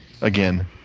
again